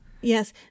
Yes